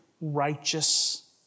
righteous